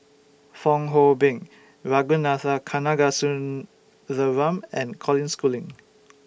Fong Hoe Beng Ragunathar Kanagasuntheram and Colin Schooling